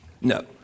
no